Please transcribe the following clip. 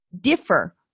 differ